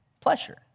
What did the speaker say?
Pleasure